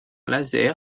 laser